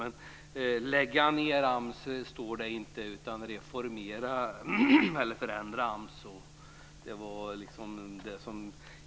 Men vi i Folkpartiet vill inte lägga ned AMS utan vi vill förändra AMS.